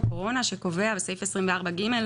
24ג,